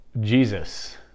jesus